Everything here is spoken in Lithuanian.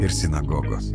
ir sinagogos